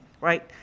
right